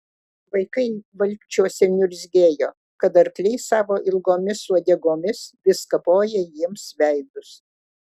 vaikai valkčiuose niurzgėjo kad arkliai savo ilgomis uodegomis vis kapoja jiems veidus